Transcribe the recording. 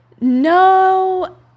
No